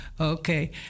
okay